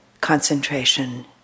concentration